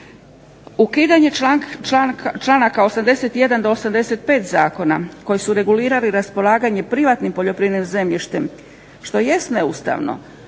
Ukidanje članaka 81. do 85. zakona koji su regulirali raspolaganje privatnim poljoprivrednim zemljištem što jest neustavno.